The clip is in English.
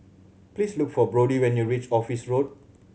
please look for Brody when you reach Office Road